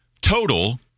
total